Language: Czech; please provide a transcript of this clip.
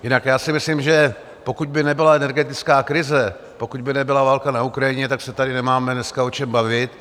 Jinak si myslím, že pokud by nebyla energetická krize, pokud by nebyla válka na Ukrajině, tak se tady nemáme dnes o čem bavit.